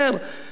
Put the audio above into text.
הוא ידיד שלי,